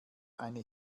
eine